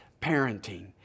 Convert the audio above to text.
parenting